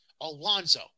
Alonzo